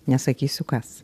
nesakysiu kas